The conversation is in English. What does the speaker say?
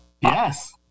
yes